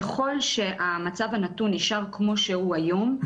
ככל שהמצב הנתון נשאר כמו שהוא היום,